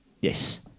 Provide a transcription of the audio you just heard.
Yes